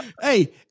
hey